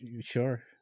sure